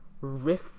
riff